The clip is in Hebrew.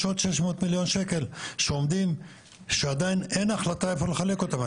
יש עוד 600 מיליון שקל שעדיין אין החלטה איפה לחלק אותם.